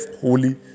holy